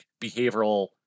behavioral